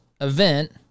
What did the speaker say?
event